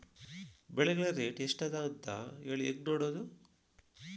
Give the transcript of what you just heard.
ಬೆಳೆಗಳ ರೇಟ್ ಎಷ್ಟ ಅದ ಅಂತ ಹೇಳಿ ಹೆಂಗ್ ನೋಡುವುದು?